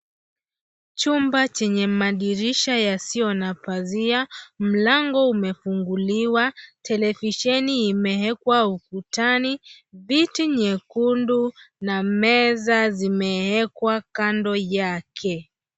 Chumba chenye madirisha yasiyo na pazia, mlango umefunguliwa, televisheni imewekwa ukutani, viti nyekundu na meza zimewekwa kando yake.